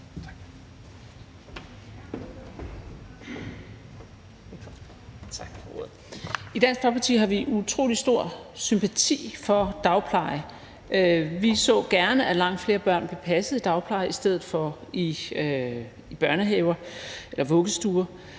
har vi utrolig stor sympati for dagpleje. Vi så gerne, at langt flere børn blev passet i dagpleje i stedet for i børnehaver eller vuggestuer,